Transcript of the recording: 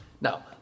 Now